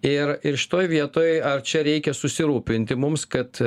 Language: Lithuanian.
ir ir šitoj vietoj ar čia reikia susirūpinti mums kad